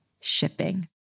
shipping